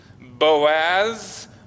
Boaz